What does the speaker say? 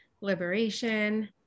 liberation